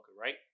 right